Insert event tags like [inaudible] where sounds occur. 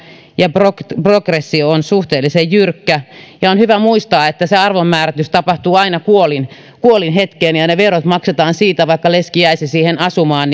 ja progressio progressio on suhteellisen jyrkkä on hyvä muistaa että se arvonmääritys tapahtuu aina kuolinhetkeen ja ja ne verot maksetaan vaikka leski jäisi siihen asumaan [unintelligible]